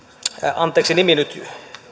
anteeksi nimi nyt